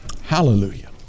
Hallelujah